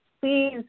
please